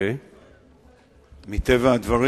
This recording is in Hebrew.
מטבע הדברים,